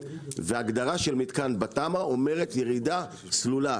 וההגדרה של מתקן בתמ"א אומרת ירידה סלולה,